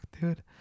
dude